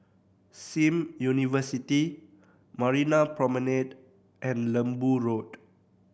Sim University Marina Promenade and Lembu Road